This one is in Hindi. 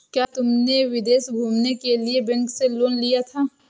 क्या तुमने विदेश घूमने के लिए बैंक से लोन लिया था?